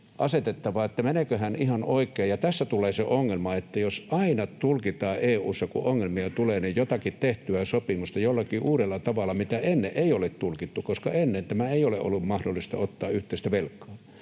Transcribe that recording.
meneeköhän ihan oikein. Tässä tulee se ongelma, että jos aina, kun ongelmia tulee, tulkitaan jotakin EU:ssa tehtyä sopimusta jollakin uudella tavalla, jolla ennen ei ole tulkittu — koska ennen ei ole ollut mahdollista ottaa yhteistä velkaa